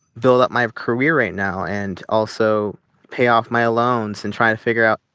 build up my career right now and also pay off my loans and try to figure out,